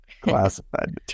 Classified